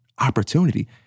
opportunity